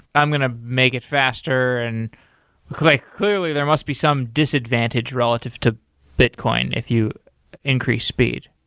i'm going to make it faster. and like clearly, there must be some disadvantage relative to bitcoin if you increase speed.